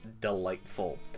delightful